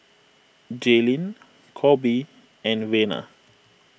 Jaylene Coby and Vena